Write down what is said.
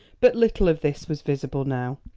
but little of this was visible now.